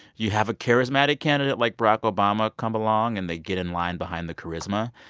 you have a charismatic candidate like barack obama come along, and they get in line behind the charisma.